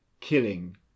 killing